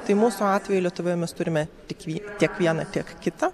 tai mūsų atveju lietuvoje mes turime tik vie tiek vieną tiek kitą